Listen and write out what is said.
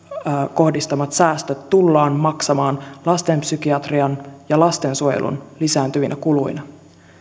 kohdistamat säästöt tullaan maksamaan lastenpsykiatrian ja lastensuojelun lisääntyvinä kuluina